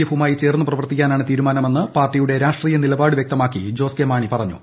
എഫുമായി ചേർന്ന് പ്രവർത്തിക്കാനാണ് തീരുമാനമെന്ന് പാർട്ടിയുടെ രാഷ്ട്രീയ നിലപാട് വ്യക്തമാക്കി ജോസ് കെ മാണി പറഞ്ഞു